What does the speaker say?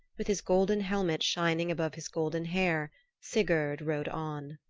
with his golden helmet shining above his golden hair sigurd rode on.